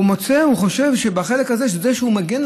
הוא חושב שבחלק הזה שהוא מגן,